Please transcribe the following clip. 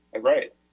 Right